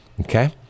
Okay